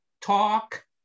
talk